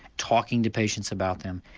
talking to patients about them,